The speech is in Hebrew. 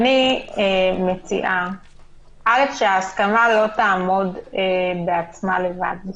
אני מציעה שההסכמה לא תעמוד בעצמה לבד.